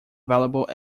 available